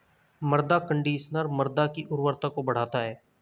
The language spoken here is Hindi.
मृदा कंडीशनर मृदा की उर्वरता को बढ़ाता है